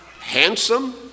handsome